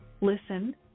Listen